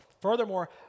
furthermore